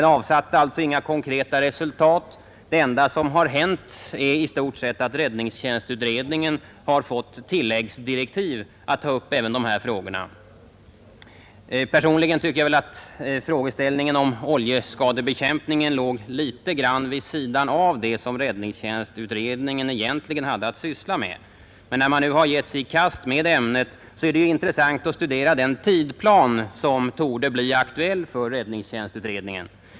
Den avsatte alltså inga konkreta resultat. Det enda som har hänt är i stort sett att räddningstjänstutredningen har fått tilläggsdirektiv att ta upp även de här frågorna. Personligen tycker jag att frågeställningen om oljeskadebekämpningen låg litet grand vid sidan av det som räddningstjänstutredningen egentligen hade att syssla med, men när den nu har gett sig i kast med ämnet är det intressant att studera den tidplan som torde bli aktuell för räddningstjänstutredningen.